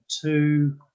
two